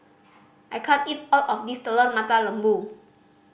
I can't eat all of this Telur Mata Lembu